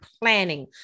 planning